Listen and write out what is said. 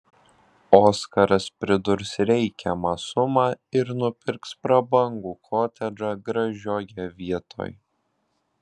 oskaras pridurs reikiamą sumą ir nupirks prabangų kotedžą gražioje vietoj